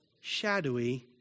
shadowy